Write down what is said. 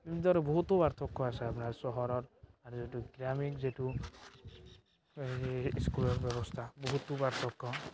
এনেদৰে বহুতো পাৰ্থক্য় আছে আপোনাৰ চহৰত যিটো গ্ৰামীণ যিটো এই স্কুলৰ ব্যৱস্থা বহুতো পাৰ্থক্য মানে